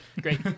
great